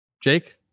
Jake